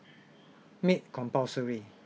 made compulsory